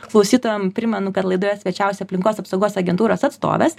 klausytojam primenu kad laidoje svečiavosi aplinkos apsaugos agentūros atstovės